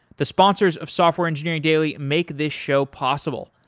the sponsors of software engineering daily make this show possible,